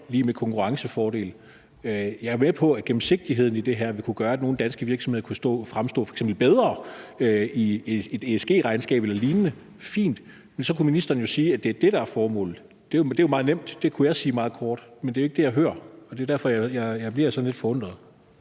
lig med en konkurrencefordel. Jeg er med på, at gennemsigtigheden i det her ville kunne gøre, at nogle danske virksomheder f.eks. kunne fremstå bedre i et ESG-regnskab eller lignende, og det er fint, men så kunne ministeren jo sige, at det er det, der er formålet. Det er jo meget nemt. Det kunne jeg sige meget kort. Men det er ikke det, jeg hører. Det er derfor, jeg bliver sådan lidt forundret.